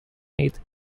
aid